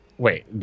Wait